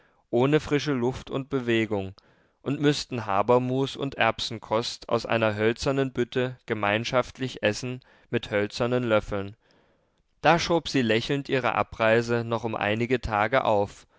ohne frische luft und bewegung und müßten habermus und erbsenkost aus einer hölzernen bütte gemeinschaftlich essen mit hölzernen löffeln da schob sie lächelnd ihre abreise noch um einige tage auf